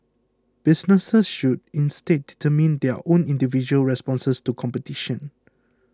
businesses should instead determine their own individual responses to competition